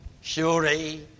surely